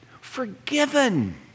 Forgiven